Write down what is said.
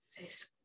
Facebook